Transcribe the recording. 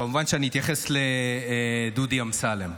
כמובן שאני אתייחס לדודי אמסלם,